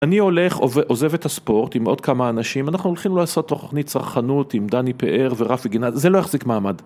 אני הולך, עוזב את הספורט עם עוד כמה אנשים, אנחנו הולכים לעשות תוכנית צרכנות עם דני פאר ורפי גינת, זה לא יחזיק מעמד.